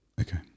Okay